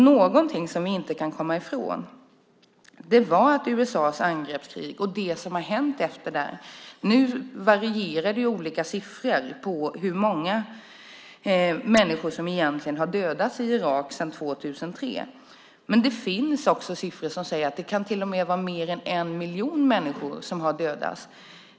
Någonting som vi inte kan komma ifrån var USA:s angreppskrig och det som har hänt efter det. Det är varierande siffror på hur många människor som egentligen har dödats i Irak sedan 2003, men det finns siffror som säger att det till och med kan vara mer än en miljon människor som har dödats.